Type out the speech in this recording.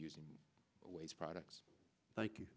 using waste products like